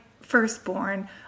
firstborn